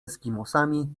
eskimosami